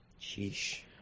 Sheesh